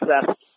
success